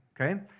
Okay